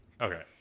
Okay